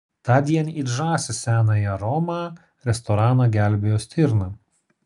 tądien it žąsys senąją romą restoraną gelbėjo stirna